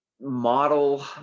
model